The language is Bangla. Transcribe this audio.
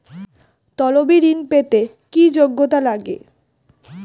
তলবি ঋন পেতে কি যোগ্যতা লাগে?